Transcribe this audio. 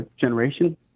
generation